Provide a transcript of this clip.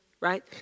right